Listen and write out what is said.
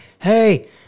hey